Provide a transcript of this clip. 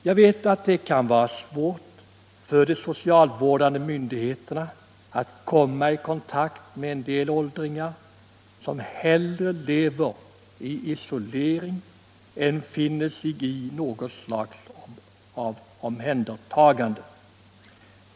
Jag vet att det kan vara svårt för de socialvårdande myndigheterna att komma i kontakt med en del åldringar, som hellre lever i isolering än finner sig i något slag av omhändertagande.